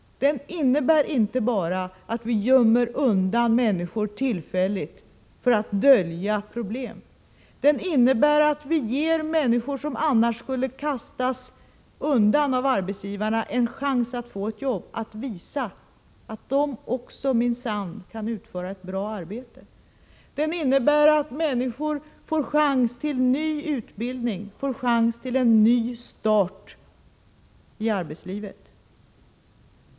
Den innebär inte bara att vi gömmer undan människor tillfälligt för att dölja problemen. Den innebär att vi ger människor som annars skulle kastas undan av arbetsgivarna en chans att få ett jobb och visa att också de minsann kan utföra ett bra arbete. Den innebär att människor får chans till ny utbildning och en ny start i arbetslivet.